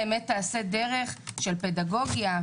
היא באמת תעשה דרך של פדגוגיה,